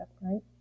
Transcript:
right